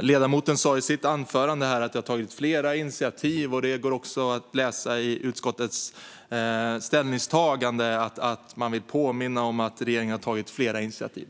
Ledamoten sa i sitt anförande här att det har tagits flera initiativ. Det går också att läsa i utskottets ställningstagande att man vill påminna om att regeringen har tagit flera initiativ.